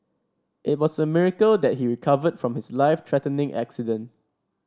it was a miracle that he recovered from his life threatening accident